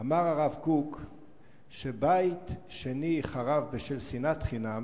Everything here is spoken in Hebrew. אמר שבית שני חרב בשל שנאת חינם